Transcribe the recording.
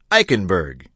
Eichenberg